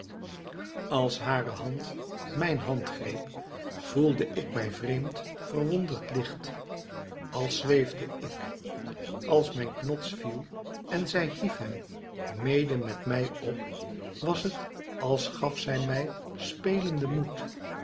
als hare hand mijn hand greep voelde ik mij vreemd verwonderd licht als zweefde ik als mijn knots viel en zij hief hem mede met mij op was het als gaf zij mij spelende moed